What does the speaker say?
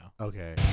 Okay